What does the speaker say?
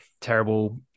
terrible